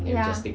ya